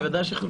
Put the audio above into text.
בוודאי שחולקו.